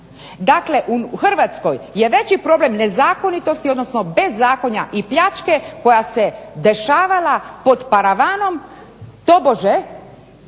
Dakle, u Hrvatskoj je veći problem nezakonitosti odnosno bezakonja i pljačke koja se dešavala pod paravanom tobože